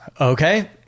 okay